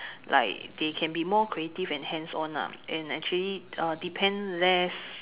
like they can be more creative and hands on lah and actually uh depend less